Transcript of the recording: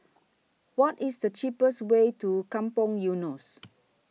What IS The cheapest Way to Kampong Eunos